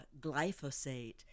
glyphosate